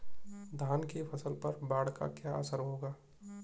धान की फसल पर बाढ़ का क्या असर होगा?